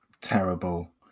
terrible